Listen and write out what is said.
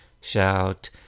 shout